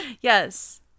Yes